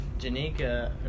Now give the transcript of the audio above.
Janika